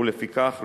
ולפיכך,